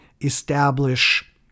establish